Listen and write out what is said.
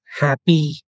happy